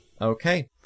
Okay